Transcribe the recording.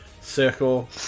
Circle